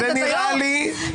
--- אף אחד לא שומע את ההסבר.